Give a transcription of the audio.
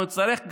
אנחנו נצטרך,